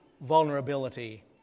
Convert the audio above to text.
vulnerability